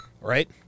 right